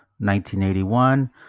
1981